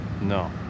No